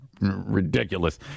ridiculous